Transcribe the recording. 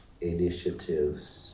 initiatives